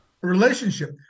relationship